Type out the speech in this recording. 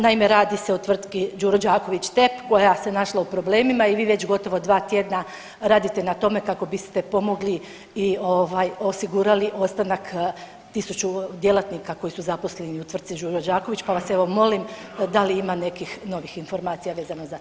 Naime, radi se o tvrtki Đuro Đaković TEP koja se našla u problemima i vi već gotovo dva tjedna radite na tome kako biste pomogli i osigurali ostanak tisuću djelatnika koji su zaposleni u tvrtci Đuro Đaković, pa vas evo molim da li ima nekih novih informacija vezano za to?